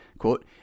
Quote